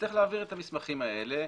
יצטרך להעביר את המסמכים האלה,